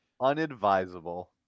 unadvisable